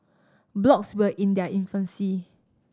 blogs were in their infancy